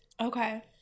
Okay